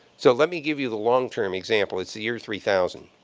so let me give you the long-term example. it's the year three thousand.